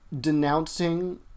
denouncing